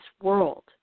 world